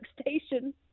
station